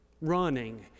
running